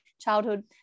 childhood